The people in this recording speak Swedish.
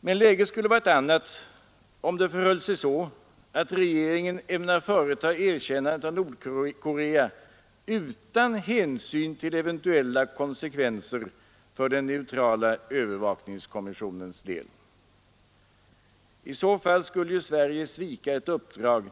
Men läget skulle vara ett annat om det förhöll sig så att regeringen ämnar företa erkännandet av Nordkorea utan hänsyn till eventuella konsekvenser för den neutrala övervakningskommissionens del. I så fall skulle Sverige svika ett uppdrag